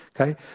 okay